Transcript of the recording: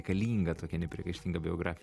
galinga tokia nepriekaištinga biografi